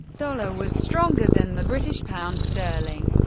dollar was stronger than the british pound sterling.